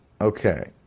Okay